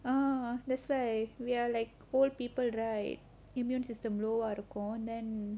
ah that's why we're like old people right immune system low ah இருக்கும்:irukkum then